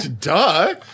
duh